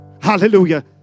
Hallelujah